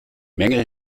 menge